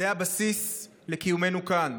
זה הבסיס לקיומנו כאן.